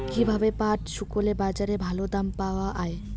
কীভাবে পাট শুকোলে বাজারে ভালো দাম পাওয়া য়ায়?